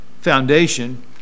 foundation